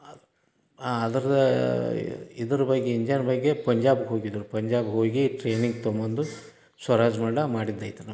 ಅದು ಅದ್ರದ್ದು ಇದ್ರ ಬಗ್ಗೆ ಇಂಜನ್ ಬಗ್ಗೆ ಪಂಜಾಬ್ಗೆ ಹೋಗಿದ್ದರು ಪಂಜಾಬ್ಗೆ ಹೋಗಿ ಟ್ರೈನಿಂಗ್ ತೊಗೊಬಂದು ಸ್ವರಾಜ್ ಮಾಡ್ಲಾಗೆ ಮಾಡಿದ್ದಾಯಿತು ನಮ್ಮದು